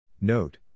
Note